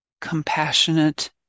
compassionate